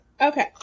Okay